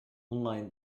online